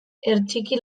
hertsiki